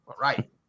right